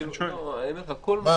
יש איסור על התקהלות,